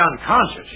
unconscious